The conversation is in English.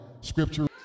scripture